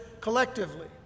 collectively